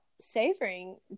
savoring